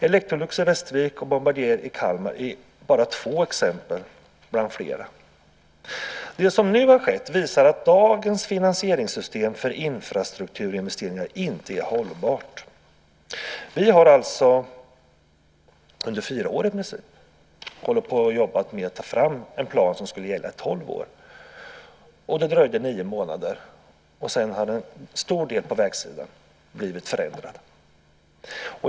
Electrolux i Västervik och Bombardier i Kalmar är bara två exempel bland flera. Det som nu har skett visar att dagens finansieringssystem för infrastrukturinvesteringarna inte är hållbart. Vi har alltså under fyra år jobbat med att ta fram en plan som ska gälla i tolv år. Det dröjde nio månader, och sedan har en stor del på vägsidan blivit förändrat.